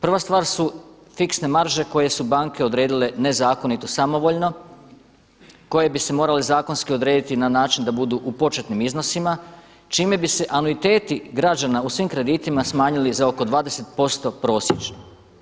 Prva stvar su fiksne marže koje su banke odredile nezakonito samovoljno koje bi se morale zakonski odrediti na način da budu u početnim iznosima čime bi se anuiteti građana u svim kreditima smanjili za oko 20% prosječno.